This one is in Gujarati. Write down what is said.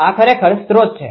આ ખરેખર સ્ત્રોત છે